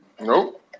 Nope